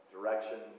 Direction